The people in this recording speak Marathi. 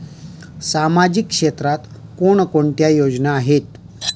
सामाजिक क्षेत्रात कोणकोणत्या योजना आहेत?